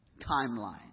Timeline